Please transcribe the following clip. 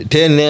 Ten